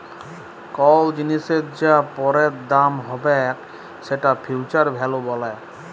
call জিলিসের যা পরের দাম হ্যবেক সেটকে ফিউচার ভ্যালু ব্যলে